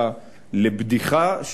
אם כן, תקן אותנו.